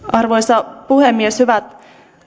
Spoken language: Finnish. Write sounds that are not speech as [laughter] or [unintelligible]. [unintelligible] arvoisa puhemies hyvät